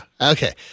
Okay